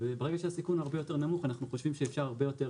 וברגע שהסיכון הרבה יותר נמוך אנחנו חושבים שאפשר הרבה יותר